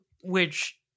Which-